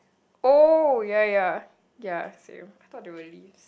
oh ya ya ya same I thought they were leaves